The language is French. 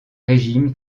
régime